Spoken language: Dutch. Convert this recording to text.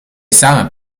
samen